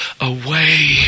away